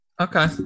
Okay